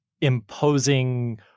imposing